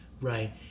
right